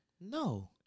No